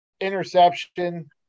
interception